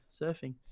surfing